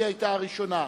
היא היתה הראשונה.